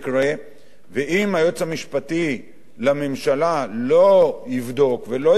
ואם היועץ המשפטי לממשלה לא יבדוק ולא יבצע את תפקידו,